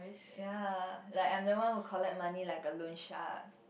ya like I'm the one who collect money like a loan shark